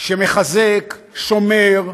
שמחזק, שומר,